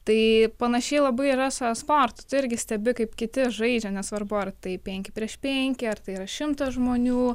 tai panašiai labai yra su esportu tai irgi stebi kaip kiti žaidžia nesvarbu ar tai penki prieš penki ar tai yra šimtas žmonių